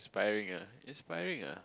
inspiring ah inspiring ah